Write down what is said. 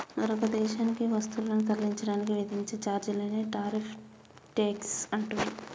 మరొక దేశానికి వస్తువులను తరలించడానికి విధించే ఛార్జీలనే టారిఫ్ ట్యేక్స్ అంటుండ్రు